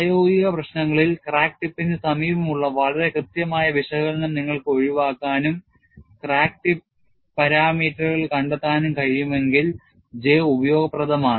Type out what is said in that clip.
പ്രായോഗിക പ്രശ്നങ്ങളിൽ ക്രാക്ക് ടിപ്പിന് സമീപമുള്ള വളരെ കൃത്യമായ വിശകലനം നിങ്ങൾക്ക് ഒഴിവാക്കാനും ക്രാക്ക് ടിപ്പ് പാരാമീറ്ററുകൾ കണ്ടെത്താനും കഴിയുമെങ്കിൽ J ഉപയോഗപ്രദമാണ്